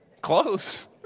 Close